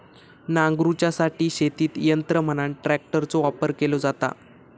नांगरूच्यासाठी शेतीत यंत्र म्हणान ट्रॅक्टरचो वापर केलो जाता